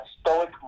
stoic